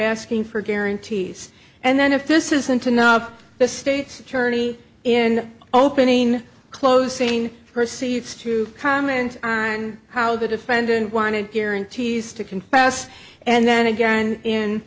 asking for guarantees and then if this isn't enough the state's attorney in opening closing perseids to comment on how the defendant wanted here and tease to confess and then again in